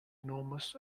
enormous